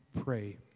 pray